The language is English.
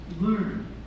learn